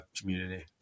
community